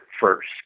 first